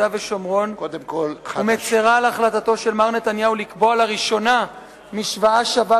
ושומרון ומצרה על החלטתו של מר נתניהו לקבוע לראשונה משוואה שווה